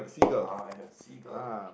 ah I have seagull